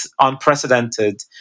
unprecedented